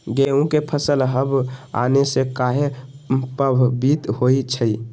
गेंहू के फसल हव आने से काहे पभवित होई छई?